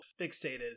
fixated